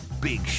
Big